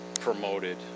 promoted